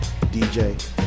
DJ